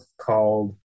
called